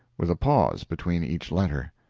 with a pause between each letter.